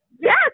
yes